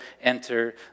enter